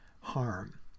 harm